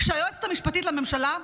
שהיועצת המשפטית לממשלה,